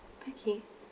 okay